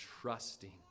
trusting